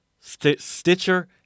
Stitcher